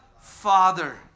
Father